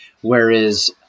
whereas